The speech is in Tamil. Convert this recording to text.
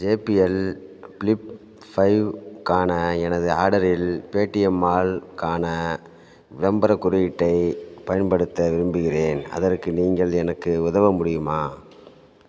J B L flip five க்கான எனது ஆர்டரில் பேடிஎம் மால் க்கான விளம்பரக் குறியீட்டைப் பயன்படுத்த விரும்புகிறேன் அதற்கு நீங்கள் எனக்கு உதவ முடியுமா